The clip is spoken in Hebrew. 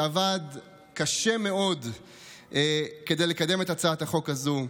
שעבד קשה מאוד כדי לקדם את הצעת החוק הזו,